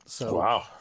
Wow